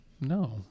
No